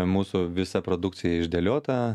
mūsų visa produkcija išdėliota